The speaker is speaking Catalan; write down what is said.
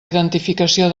identificació